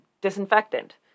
disinfectant